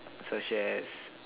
such as